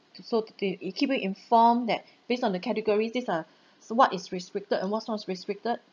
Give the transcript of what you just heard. so that they it keep you informed that based on the categories these are so what is restricted and what's not restricted